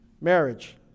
Marriage